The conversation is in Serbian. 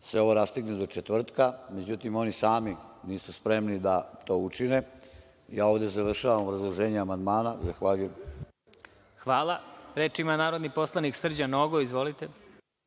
se ovo rastegne do četvrtka, međutim, oni sami nisu spremni da to učine. Ja ovde završavam obrazloženje amandmana. Zahvaljujem. **Đorđe Milićević** Zahvaljujem. Reč ima narodni poslanik Srđan Nogo. Izvolite.